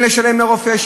כשאין לשלם לרופא,